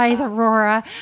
Aurora